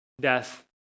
death